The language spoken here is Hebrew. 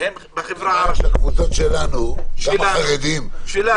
מה ההיגיון?